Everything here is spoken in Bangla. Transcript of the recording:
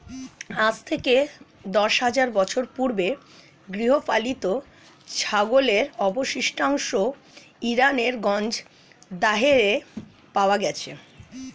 আজ থেকে দশ হাজার বছর পূর্বে গৃহপালিত ছাগলের অবশিষ্টাংশ ইরানের গঞ্জ দারেহে পাওয়া গেছে